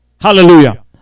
Hallelujah